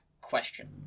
question